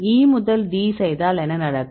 E முதல் D செய்தால் என்ன நடக்கும்